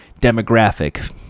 demographic